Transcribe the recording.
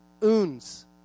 Uns